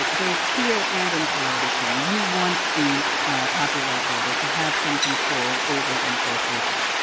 both here and in quality king you want the copyright holder to have some control over importation,